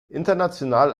international